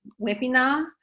webinar